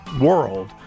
world